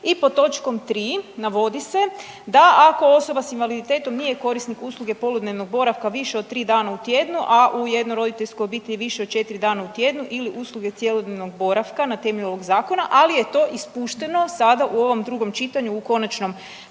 i pod točkom 3. navodi se da ako osoba sa invaliditetom nije korisnik usluge poludnevnog boravka više od tri dana u tjednu, a u jednoj roditeljskoj obitelji više od 4 dana u tjednu ili usluge cjelodnevnog boravka na temelju ovog zakona ali je to ispušteno sada u ovom drugom čitanju u konačnom